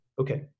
okay